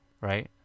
right